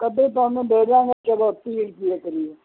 ਕੱਦੂ ਤੁਹਾਨੂੰ ਦੇ ਦਿਆਂਗੇ ਚਲੋ ਤੀਹ ਰੁਪਏ ਕਰੀਬ